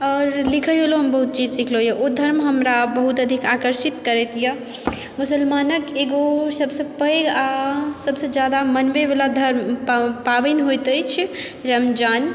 आओर लिखइयो लऽ हम बहुत चीज सीखलहुँ यऽ ओ धर्म हमरा बहुत अधिक आकर्षित करैत यऽ मुसलमानक एगो सबसँ पैघ आ सबसँ जादा मनबै वला धर्म पाबनि होयत अछि रमजान